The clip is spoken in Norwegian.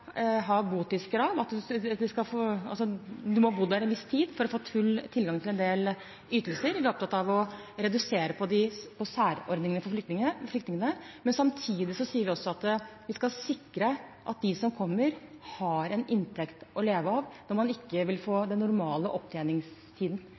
ha botidskrav – altså at man må ha bodd her en viss tid for å få full tilgang til en del ytelser – og vi er opptatt av å redusere på særordningene for flyktningene. Men samtidig sier vi også at vi skal sikre at de som kommer, har en inntekt å leve av når man ikke vil